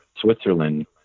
Switzerland